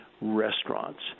restaurants